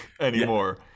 anymore